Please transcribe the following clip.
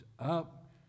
Up